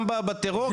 גם בטרור,